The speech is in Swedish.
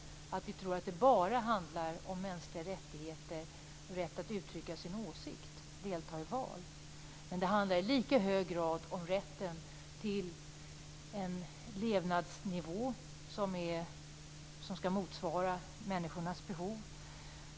Vi tror att det bara handlar om mänskliga rättigheter av typen rätt att uttrycka sin åsikt och att delta i val. Det handlar dock i lika hög grad om rätten till en levnadsnivå som skall motsvara människornas behov.